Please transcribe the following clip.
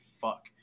fuck